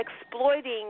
exploiting